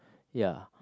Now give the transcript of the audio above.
ya